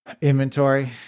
Inventory